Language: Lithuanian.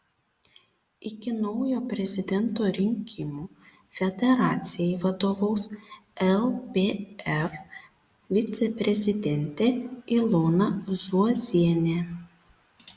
iki naujo prezidento rinkimų federacijai vadovaus lpf viceprezidentė ilona zuozienė